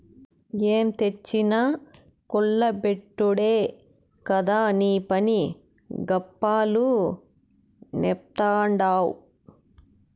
ఏం తెచ్చినా కుల్ల బెట్టుడే కదా నీపని, గప్పాలు నేస్తాడావ్